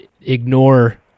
ignore